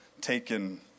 taken